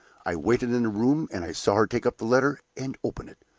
i waited in the room and i saw her take up the letter and open it.